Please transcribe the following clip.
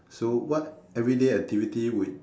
so what everyday activity would